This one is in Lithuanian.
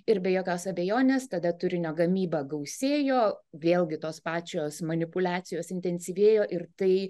ir be jokios abejonės tada turinio gamyba gausėjo vėlgi tos pačios manipuliacijos intensyvėjo ir tai